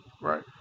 Right